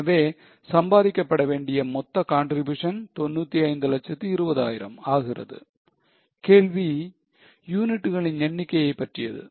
எனவே சம்பாதிக்கபடவேண்டிய மொத்த contribution 9520000 ஆகிறது கேள்வி யூனிட்களின் எண்ணிக்கையை பற்றியது